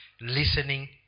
listening